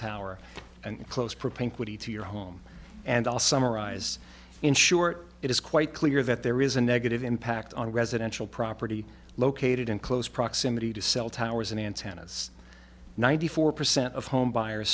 tower and close propinquity to your home and i'll summarize in short it is quite clear that there is a negative impact on residential property located in close proximity to cell towers and antennas ninety four percent of home buyers